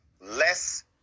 less